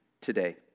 today